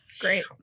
Great